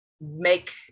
make